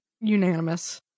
unanimous